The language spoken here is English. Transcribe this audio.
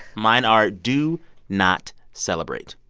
mine are do not celebrate.